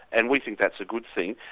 and we think that's a good thing.